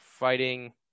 fighting